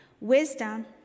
Wisdom